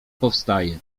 powstaje